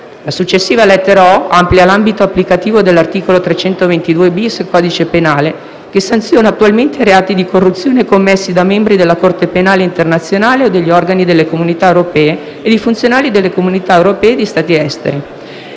La successiva lettera *o)* amplia l'ambito applicativo dell'articolo 322-*bis* del codice penale, che sanziona attualmente i reati di corruzione commessi da membri della Corte penale internazionale o degli organi delle Comunità europee e di funzionari delle Comunità europee e di Stati esteri.